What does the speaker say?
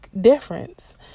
difference